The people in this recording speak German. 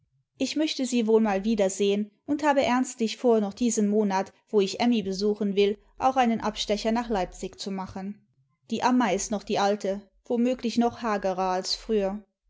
ich möchte sie wohl mal wiedersehen und habe ernstlich vor noch diesen monat wo ich emmy besuchen will auch einen abstecher nach leipzig zu machen die amma ist noch die alte womöglich noch hagerer als früher